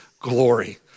glory